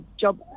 job